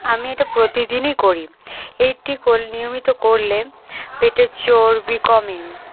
আমি এটা প্রতিদিনই করি এইটি নিয়মিত করলে পেটের চর্বি কমে